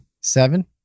Seven